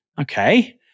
Okay